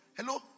hello